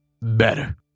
better